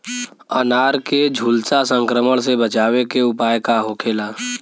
अनार के झुलसा संक्रमण से बचावे के उपाय का होखेला?